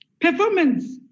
performance